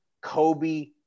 Kobe